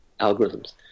algorithms